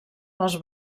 les